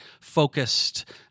focused